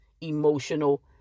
emotional